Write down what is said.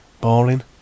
boring